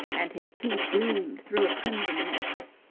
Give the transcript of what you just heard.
and his teeth gleamed through a crimson mist.